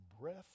breath